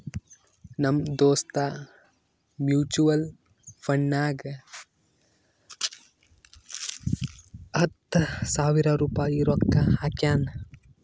ನಮ್ ದೋಸ್ತ್ ಮ್ಯುಚುವಲ್ ಫಂಡ್ನಾಗ್ ಹತ್ತ ಸಾವಿರ ರುಪಾಯಿ ರೊಕ್ಕಾ ಹಾಕ್ಯಾನ್